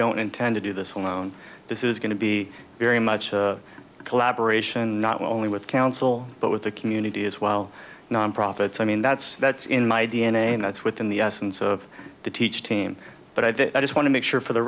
don't intend to do this alone this is going to be very much a collaboration not only with council but with the community as well non profits i mean that's that's in my d n a and that's within the essence of the teach team but i just want to make sure for the